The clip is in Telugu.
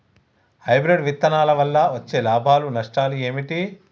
హైబ్రిడ్ విత్తనాల వల్ల వచ్చే లాభాలు నష్టాలు ఏమిటి?